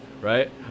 right